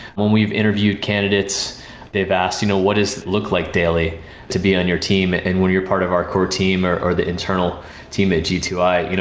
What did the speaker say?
when we've interviewed candidates, they've asked you know what does look like daily to be on your team? and when you're part of our core team, or or the internal team at g two i, you know